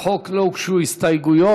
לחוק לא הוגשו הסתייגויות.